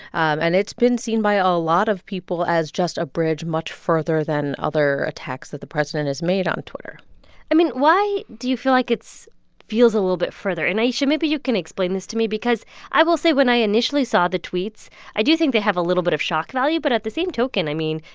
and it's been seen by a a lot of people as just a bridge much further than other attacks that the president has made on twitter i mean, why do you feel like it's feels a little bit further? and ayesha, maybe you can explain this to me because i will say when i initially saw the tweets i do think they have a little bit of shock value, but at the same token, i mean,